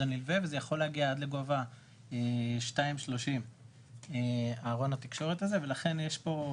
הנלווה וזה יכול להגיע עד לגובה 2.30 ארון התקשורת הזה ולכן יש פה,